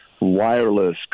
wireless